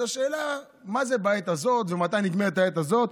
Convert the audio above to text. אז השאלה היא מה זה בעת הזאת ומתי נגמרת העת הזאת.